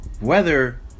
weather